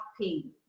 pain